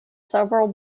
several